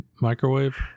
microwave